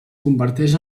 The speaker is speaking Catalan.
converteix